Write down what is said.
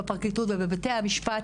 בפרקליטות ובבתי המשפט,